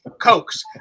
Cokes